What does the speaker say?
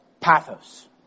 pathos